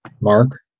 Mark